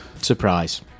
surprise